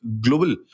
global